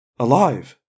Alive